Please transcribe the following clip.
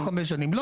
זה מופיע?